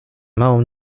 małą